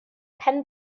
pen